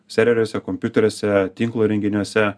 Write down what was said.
serveriuose kompiuteriuose tinklo įrenginiuose